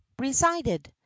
resided